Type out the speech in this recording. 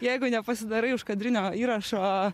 jeigu nepasidarai užkadrinio įrašo